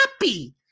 happy